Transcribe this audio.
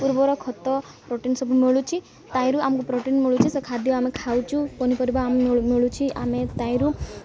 ପୂର୍ବର ଖତ ପ୍ରୋଟିନ ସବୁ ମିଳୁଛି ତାହିଁରୁ ଆମକୁ ପ୍ରୋଟିନ ମିଳୁଛି ସେ ଖାଦ୍ୟ ଆମେ ଖାଉଛୁ ପନିପରିବା ମିଳୁଛି ଆମେ ତାହିଁରୁ